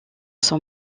son